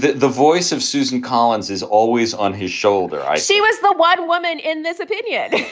the the voice of susan collins is always on his shoulder. i see. was the white woman in this opinion?